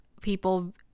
people